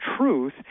truth